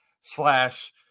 slash